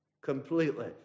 Completely